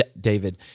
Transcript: David